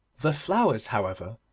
the flowers, however,